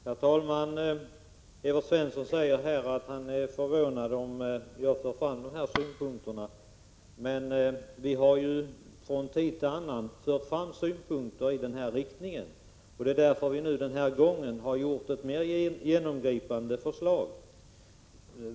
Herr talman! Evert Svensson säger att han är förvånad när jag för fram dessa synpunkter. Men vi har från tid till annan fört fram synpunkter i denna riktning. Det är därför vi den här gången har utformat ett mera genomgripande förslag.